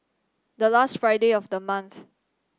the last Friday of the month